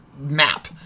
map